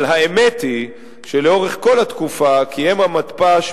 אבל האמת היא שלאורך כל התקופה קיים המתפ"ש,